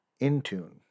Intune